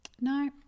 No